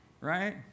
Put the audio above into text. Right